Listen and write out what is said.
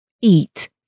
Eat